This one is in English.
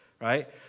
right